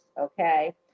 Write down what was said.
okay